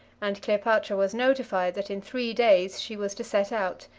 and cleopatra was notified that in three days she was to set out,